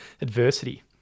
adversity